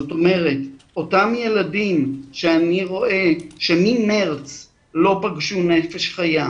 זאת אומרת אותם ילדים שאני רואה שממארס לא פגשו נפש חיה,